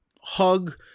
hug